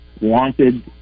wanted